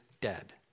dead